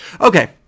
okay